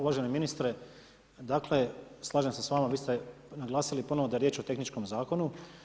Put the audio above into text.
Uvaženi ministre, dakle, slažem se s vama, vi ste naglasili ponovno da je riječ o tehničkom zakonu.